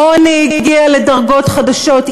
העוני הגיע לדרגות חדשות.